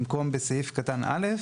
במקום "בסעיף קטן (א)",